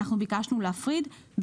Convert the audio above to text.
אנחנו ביקשנו להפריד.